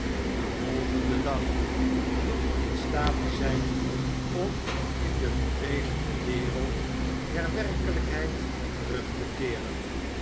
den volgenden dag niet in staat te zp om in de vervelende wereld der werkelykheid terug te keeren